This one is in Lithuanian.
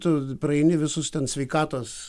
tu praeini visus ten sveikatos